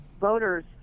voters